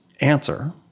answer